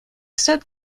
said